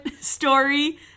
story